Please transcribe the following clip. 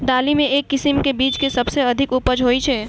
दालि मे केँ किसिम केँ बीज केँ सबसँ अधिक उपज होए छै?